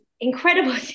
incredible